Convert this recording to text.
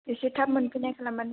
एसे थाब मोनफैनाय खालामबानो जाबाय